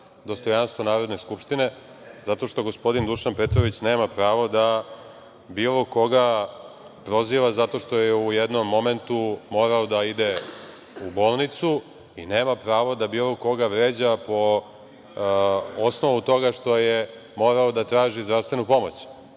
dostojanstvo Narodne skupštine, zato što gospodin Dušan Petrović nema pravo da bilo koga proziva zato što je u jednom momentu morao da ide u bolnicu i nema pravo da bilo koga vređa po osnovu toga što je morao da traži zdravstvenu pomoć.